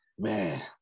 man